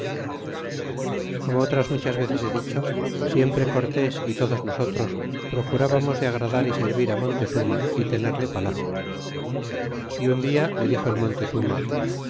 como otras muchas veces he dicho siempre cortés y todos nosotros procurbamos de agradar y servir montezuma y tenerle palacio y un dia le dig o el montezuma